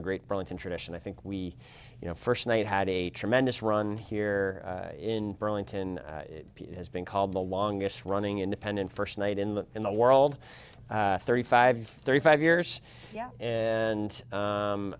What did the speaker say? a great burlington tradition i think we you know first night had a tremendous run here in burlington has been called the longest running independent first night in in the world thirty five thirty five years and